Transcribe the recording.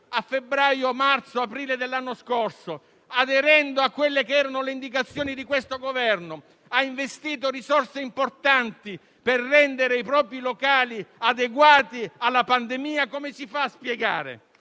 a febbraio, marzo o aprile dell'anno scorso, aderendo alle indicazioni di questo Governo, ha investito risorse importanti per rendere i propri locali adeguati alla pandemia, come si fa a spiegare